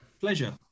Pleasure